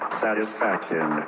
satisfaction